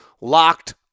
Locked